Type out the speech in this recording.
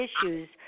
issues